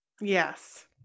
Yes